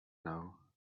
now